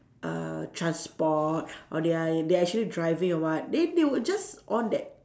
err transport or they are they are actually driving or what then they would just on that